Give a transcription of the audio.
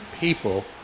people